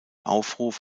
aufruf